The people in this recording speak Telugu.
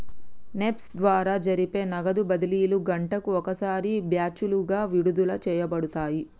నెప్ప్ ద్వారా జరిపే నగదు బదిలీలు గంటకు ఒకసారి బ్యాచులుగా విడుదల చేయబడతాయి